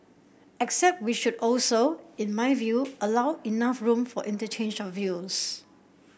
except we should also in my view allow enough room for interchange of views